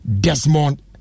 Desmond